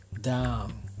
down